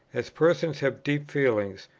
as persons have deep feelings,